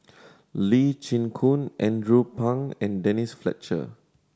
Lee Chin Koon Andrew Phang and Denise Fletcher